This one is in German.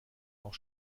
auch